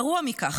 גרוע מכך,